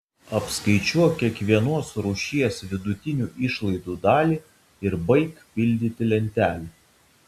apskaičiuok kiekvienos rūšies vidutinių išlaidų dalį ir baik pildyti lentelę